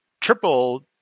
triple